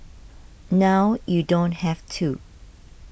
now you don't have to